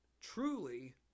truly